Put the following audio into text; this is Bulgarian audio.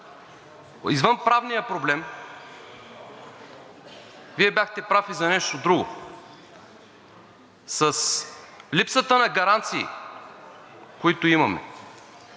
извън правния проблем, Вие бяхте прав и за нещо друго. С липсата на гаранции, които имаме